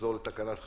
לחזור לתקנת חירום.